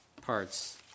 parts